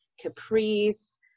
Caprice